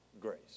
grace